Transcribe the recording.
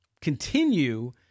continue